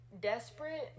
desperate